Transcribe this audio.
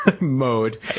mode